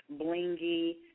blingy